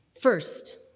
First